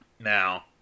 Now